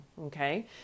Okay